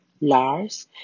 Lars